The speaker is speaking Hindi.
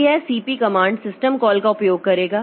तो यह cp कमांड सिस्टम कॉल का उपयोग करेगा